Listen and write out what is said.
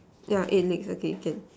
yeah eight legs okay can